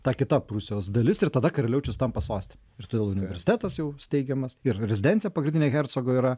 ta kita prūsijos dalis ir tada karaliaučius tampa sostine ir todėl universitetas jau steigiamas ir rezidencija pagrindinė hercogo yra